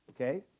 okay